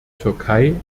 türkei